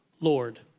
Lord